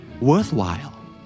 Worthwhile